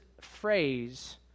phrase